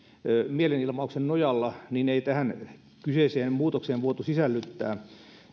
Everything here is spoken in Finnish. mielenilmauksen nojalla ei tähän kyseiseen muutokseen voitu sisällyttää